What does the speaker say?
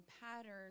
pattern